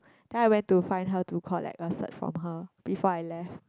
then I went to find her to collect a cert from her before I left